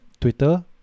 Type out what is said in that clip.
Twitter